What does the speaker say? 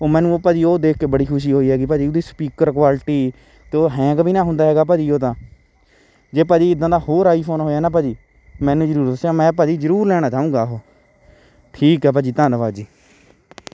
ਮੈਨੂੰ ਉਹ ਭਾਅ ਜੀ ਉਹ ਦੇਖ ਕੇ ਬੜੀ ਖੁਸ਼ੀ ਹੋਈ ਹੈਗੀ ਭਾਅ ਜੀ ਉਹਦੀ ਸਪੀਕਰ ਕੁਆਲਿਟੀ 'ਤੇ ਉਹ ਹੈਂਗ ਵੀ ਨਹੀਂ ਹੁੰਦਾ ਹੈਗਾ ਭਾਅ ਜੀ ਉਹ ਤਾਂ ਜੇ ਭਾਅ ਜੀ ਇੱਦਾਂ ਦਾ ਹੋਰ ਆਈ ਫੋਨ ਹੋਇਆ ਨਾ ਭਾਅ ਜੀ ਮੈਨੂੰ ਜ਼ਰੂਰ ਦੱਸਿਓ ਮੈਂ ਭਾਅ ਜੀ ਜ਼ਰੂਰ ਲੈਣਾ ਚਾਹੂੰਗਾ ਉਹ ਠੀਕ ਆ ਭਾਅ ਜੀ ਧੰਨਵਾਦ ਜੀ